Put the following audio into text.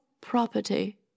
property